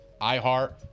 iHeart